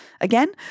Again